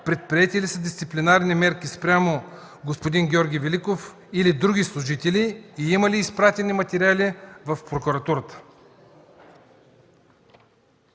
Предприети ли са дисциплинарни мерки спрямо господин Георги Великов или други служители и има ли изпратени материали в прокуратурата?